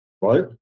Right